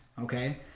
Okay